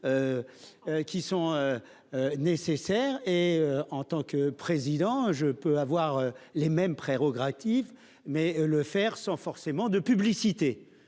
Qui sont. Nécessaires et en tant que président, je peux avoir les mêmes prérogatives. Mais le faire sans forcément de publicité